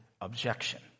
objection